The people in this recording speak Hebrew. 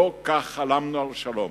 לא כך חלמנו על שלום,